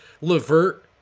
Levert